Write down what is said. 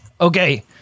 Okay